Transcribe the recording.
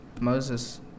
Moses